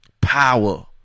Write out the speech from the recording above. power